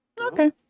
okay